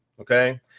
okay